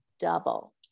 double